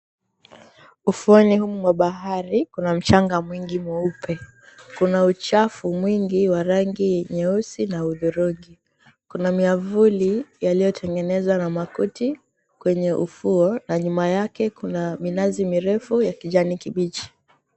Ufuoni humu mwa bahari kuna mchanga mwingi mweupe. Kuna uchafu mwingi wa rangi nyeusi na hudhurungi. Kuna miavuli yaliyotengenezwa na makuti kwenye ufuo na nyuma yake kuna minazi mirefu ya kijanikibichi.